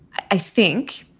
i think,